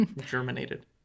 germinated